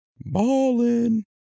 Ballin